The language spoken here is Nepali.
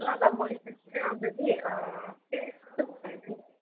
ल ल यसपालि छिट्टै आउँछु कि केही